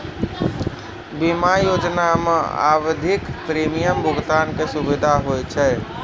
बीमा योजना मे आवधिक प्रीमियम भुगतान के सुविधा होय छै